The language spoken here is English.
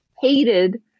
hated